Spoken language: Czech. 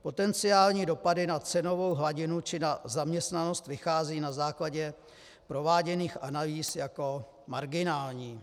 Potenciální dopady na cenovou hladinu či na zaměstnanost vychází na základě prováděných analýz jako marginální.